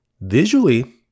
visually